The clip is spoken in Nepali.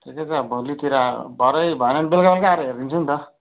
ठिकै छ भोलितिर आएर भरे भएन भने बेलुका बेलुका आएर हेरिदिन्छु नि त